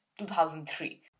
2003